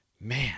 man